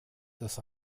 das